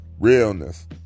realness